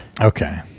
Okay